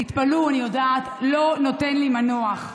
תתפלאו, אני יודעת, לא נותן לי מנוח.